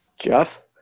Jeff